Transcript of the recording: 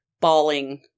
bawling